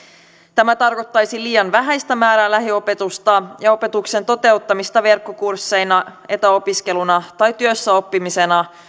tämä tarkoittaisi liian vähäistä määrää lähiopetusta ja opetuksen toteuttamista verkkokursseina etäopiskeluna tai työssäoppimisena